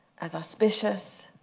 as auspicious,